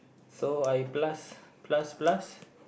so I plus plus plus plus